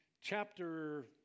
chapter